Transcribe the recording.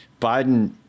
biden